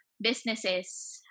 Businesses